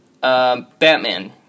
Batman